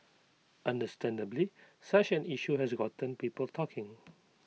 understandably such an issue has gotten people talking